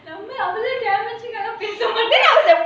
never mind அதுலயே பேசமாட்டேன்:adhulayae pesamaataen